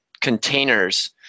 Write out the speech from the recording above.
containers